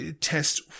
test